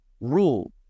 rule